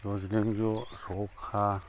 ज'ज्लें ज' सखा